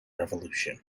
revolution